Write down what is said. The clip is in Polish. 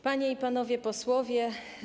Panie i Panowie Posłowie!